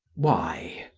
why?